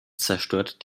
zerstört